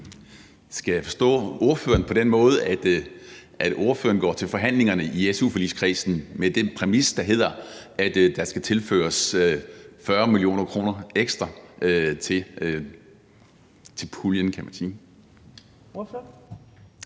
Skal jeg forstå ordføreren på den måde, at ordføreren går til forhandlingerne i su-forligskredsen med din præmis, der hedder, at der skal tilføres 40 mio. kr. ekstra til puljen?